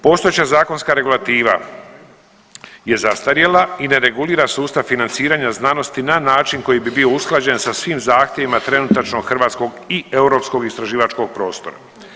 Postojeća zakonska regulativa je zastarjela i ne regulira sustav financiranja znanosti na način koji bi bio usklađen sa svim zahtjevima trenutačno hrvatskog i europskog istraživačkog prostora.